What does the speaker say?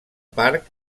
parc